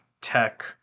tech